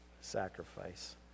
sacrifice